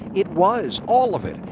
it was all of it.